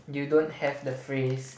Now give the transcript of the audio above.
you don't have the phrase